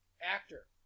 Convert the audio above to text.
Actor